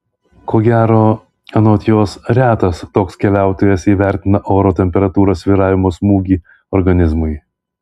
ko gero anot jos retas toks keliautojas įvertina oro temperatūros svyravimo smūgį organizmui